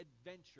adventure